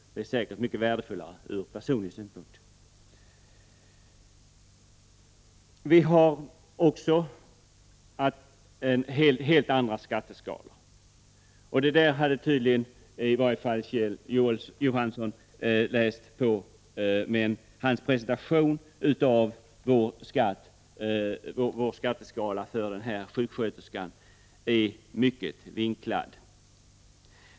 Det är säkert mycket värdefullare ur personlig synpunkt. Vi har också helt andra skatteskalor. Det där hade tydligen i varje fall Kjell Johansson läst på, men hans presentation av vår skatteskala för sjuksköterskan var mycket vinklad.